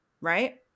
right